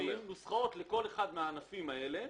נוסחאות לכמות הפסולת שנוצרת בכל אחד מהענפים האלה.